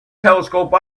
telescope